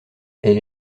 elle